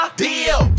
deal